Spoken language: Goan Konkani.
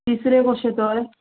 तिसऱ्यो कश्यो तर